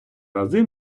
рази